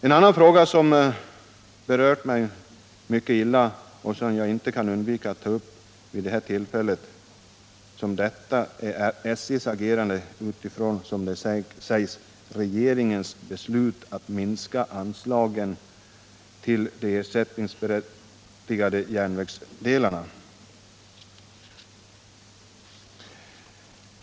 En annan fråga som berört mig mycket illa och som jag inte kan undvika att ta upp vid ett tillfälle som detta är SJ:s agerande utifrån, som det sägs, ”regeringens beslut att minska anslaget till de ersättningsberättigade järnvägsdelarna”.